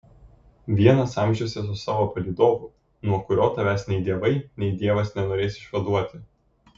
vienas amžiuose su savo palydovu nuo kurio tavęs nei dievai nei dievas nenorės išvaduoti